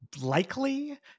likely